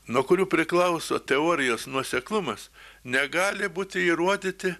nuo kurių priklauso teorijos nuoseklumas negali būti įrodyti